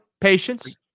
Patience